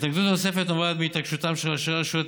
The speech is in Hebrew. התנגדות נוספת נובעת מהתעקשותם של ראשי הרשויות